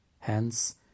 Hence